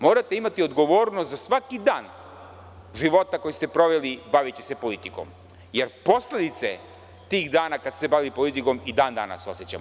Morate imati odgovornost za svaki dan života koji ste proveli baveći se politikom, jer posledice tih dana kada ste se bavili politikom i dan danas osećamo.